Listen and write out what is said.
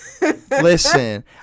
Listen